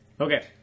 Okay